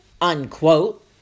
Unquote